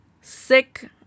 sick